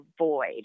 avoid